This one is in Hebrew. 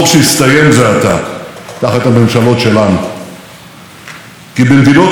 במדינות רבות העשור האחרון היה עשור אבוד,